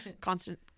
Constant